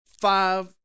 five